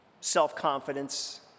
self-confidence